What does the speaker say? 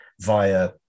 via